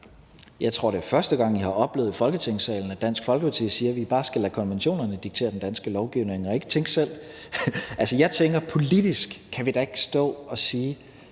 Jeg tror, det er første gang, jeg har oplevet i Folketingssalen, at Dansk Folkeparti siger, at vi bare skal lade konventionerne diktere den danske lovgivning og ikke tænke selv. Altså, jeg tænker: Politisk kan vi da ikke stå og sige,